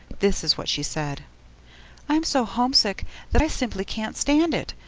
this is what she said i'm so homesick that i simply can't stand it.